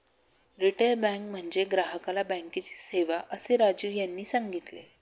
retail bank म्हणजे ग्राहकाला बँकेची सेवा, असे राजीव यांनी सांगितले